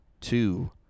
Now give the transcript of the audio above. two